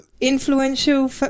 influential